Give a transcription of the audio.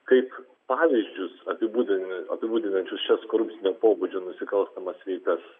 kaip pavyzdžius apibūn apibūdinančius šias korupcinio pobūdžio nusikalstamas veikas